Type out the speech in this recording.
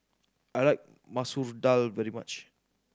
I like Masoor Dal very much